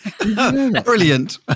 Brilliant